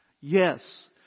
Yes